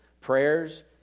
prayers